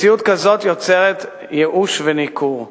מציאות כזאת יוצרת ייאוש וניכור.